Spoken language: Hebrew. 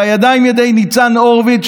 והידיים ידי ניצן הורוביץ,